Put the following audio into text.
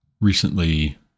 recently